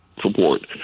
support